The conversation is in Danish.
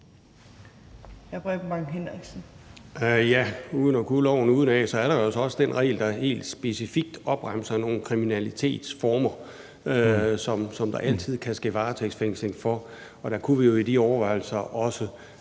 Uden at kunne loven udenad er der jo altså også den regel, der helt specifikt opremser nogle kriminalitetsformer, som der altid kan ske varetægtsfængsling for, og der kunne vi jo i de overvejelser også